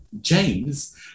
James